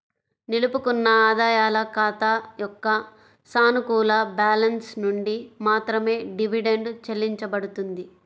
నిలుపుకున్న ఆదాయాల ఖాతా యొక్క సానుకూల బ్యాలెన్స్ నుండి మాత్రమే డివిడెండ్ చెల్లించబడుతుంది